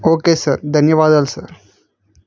okay sir ధన్యవాదాలు sir